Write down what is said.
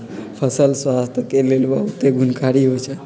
फल स्वास्थ्य के लेल बहुते गुणकारी होइ छइ